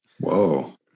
Whoa